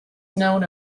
known